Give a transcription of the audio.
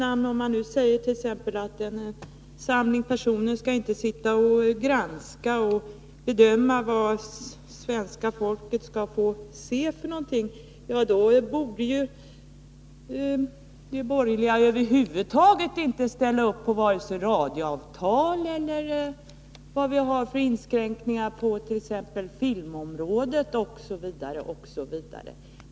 Om de borgerliga nu säger t.ex. att en samling människor inte skall granska och bedöma vad svenska folket skall få se, då borde de i konsekvensens namn över huvud taget inte ställa upp för vare sig radioavtalen eller olika inskränkningar på filmområdet osv.